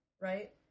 right